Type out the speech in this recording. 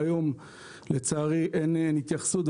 והיום לצערי אין התייחסות.